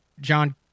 John